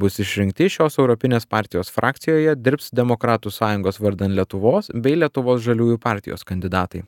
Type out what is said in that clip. bus išrinkti šios europinės partijos frakcijoje dirbs demokratų sąjungos vardan lietuvos bei lietuvos žaliųjų partijos kandidatai